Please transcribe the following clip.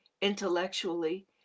intellectually